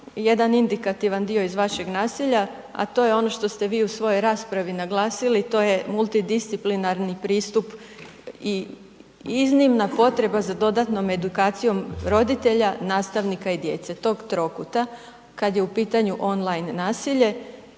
jedan indikativan dio iz vašeg nasilja, a to je ono što ste vi u svojoj raspravi naglasili, to je multidisciplinarni pristup i iznimna potreba za dodatnom edukacijom roditelja, nastavnika i djece, tog trokuta, kada je u pitanju on line nasilje